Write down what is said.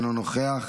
אינו נוכח,